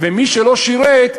ולמי שלא שירת,